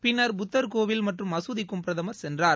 பின்னர் புத்தர் கோவில் மற்றம் மகுதிக்கும் பிரதமர் சென்றார்